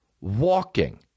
Walking